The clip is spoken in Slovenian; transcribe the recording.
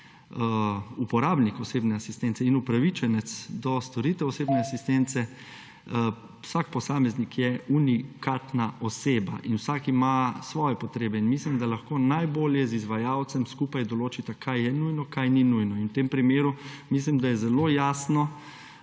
uporabnik osebne asistence in upravičenec do storitev osebne asistence, vsak posameznik je unikatna oseba in vsak ima svoje potrebe. Mislim, da lahko najbolje z izvajalcem skupaj določita, kaj je nujno in kaj ni nujno. In mislim, da je v tem